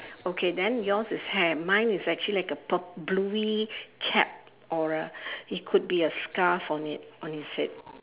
okay then yours is hair mine is actually like a purp~ bluey cap or a it could be a scarf on it on his head